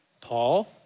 Paul